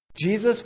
Jesus